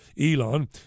Elon